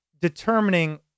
determining